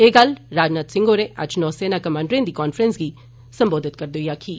एह् गल्ल राजनाथ सिंह होरें अज्ज नौ सेना कमांडरें दी कांफ्रेंस गी सम्बोधित करदे होई आक्खी